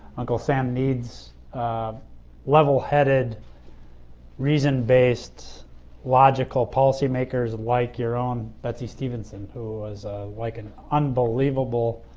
uncle sam needs um level headed reason-based logical policy makers like your own betsy stevenson who is like an unbelievable